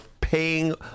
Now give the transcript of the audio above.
paying